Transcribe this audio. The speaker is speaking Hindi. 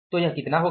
तो यह कितना होगा